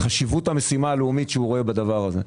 חשיבות המשימה הלאומית שהוא רואה בדבר הזה.